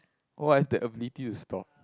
oh I have the ability to stop